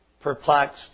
perplexed